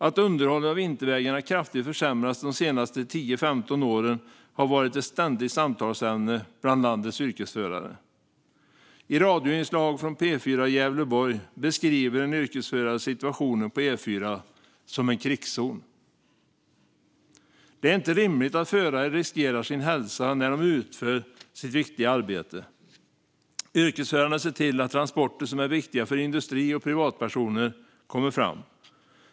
Att underhållet av vintervägarna kraftigt försämrats de senaste tio femton åren har varit ett ständigt samtalsämne bland landets yrkesförare. I ett radioinslag i P4 Gävleborg beskriver en yrkesförare situationen på E4:an som en krigszon. Det är inte rimligt att förare riskerar sin hälsa när de utför sitt viktiga arbete. Yrkesförarna ser till att transporter som är viktiga för industri och privatpersoner kommer fram.